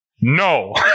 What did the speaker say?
No